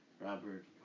Robert